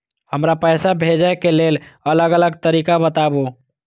हमरा पैसा भेजै के लेल अलग अलग तरीका बताबु?